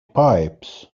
pipes